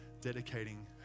dedicating